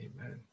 amen